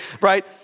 right